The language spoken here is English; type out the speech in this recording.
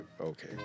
Okay